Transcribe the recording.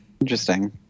Interesting